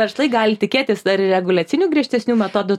verslai gali tikėtis dar ir reguliacinių griežtesnių metodų